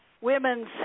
women's